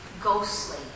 ghostly